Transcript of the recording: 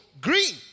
green